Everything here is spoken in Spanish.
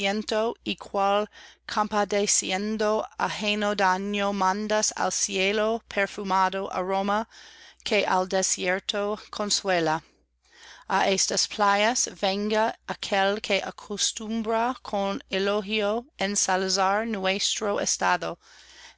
compadeciendo ajeno daño mandas al cielo perfumado aroma que al desierto consuela a estas playas venga aquel que acostumbra con elogio ensalzar nuestro estado